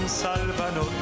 salvano